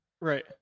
right